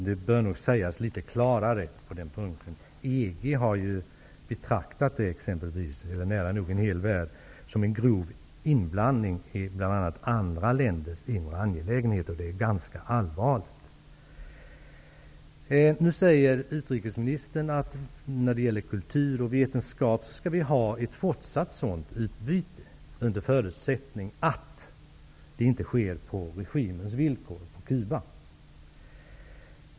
Det behövs nog litet klarare uttalanden på den punkten. EG, ja, nära nog en hel värld, har betraktat detta som en grov inblandning i bl.a. andra länders egna angelägenheter, och det är ganska allvarligt. Utrikesministern säger nu att vi när det gäller kultur och vetenskap skall ha ett fortsatt utbyte, under förutsättning att det inte sker på den cubanska regimens villkor.